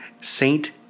Saint